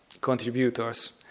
contributors